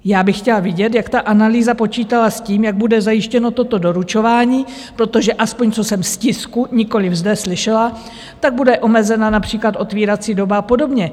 Já bych chtěla vědět, jak ta analýza počítala s tím, jak bude zajištěno toto doručování, protože aspoň co jsem z tisku, nikoliv zde slyšela, tak bude omezena například otevírací doba a podobně.